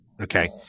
Okay